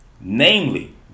Namely